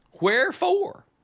Wherefore